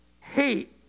Hate